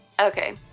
Okay